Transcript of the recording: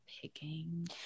picking